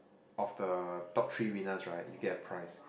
of the top three winners right you get a prize